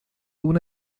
una